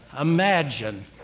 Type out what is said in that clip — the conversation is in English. Imagine